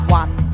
one